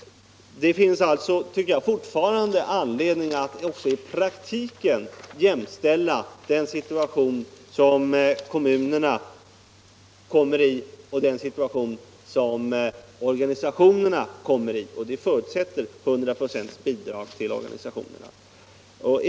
Det finns sålunda fortfarande anledning att i praktiken jämställa den situation som kommunerna kommer i och den situation som organisationerna kommer i. Och det förutsätter 100 ”» bidrag till organisationerna.